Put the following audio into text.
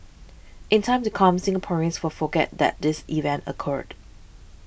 in time to come Singaporeans for forget that this event occurred